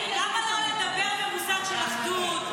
לא, יאיר, למה לא לדבר במושג של אחדות?